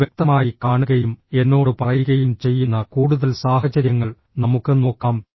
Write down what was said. ഇത് വ്യക്തമായി കാണുകയും എന്നോട് പറയുകയും ചെയ്യുന്ന കൂടുതൽ സാഹചര്യങ്ങൾ നമുക്ക് നോക്കാം